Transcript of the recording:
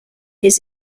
his